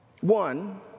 One